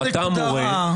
אתה מורה,